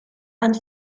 and